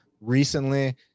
recently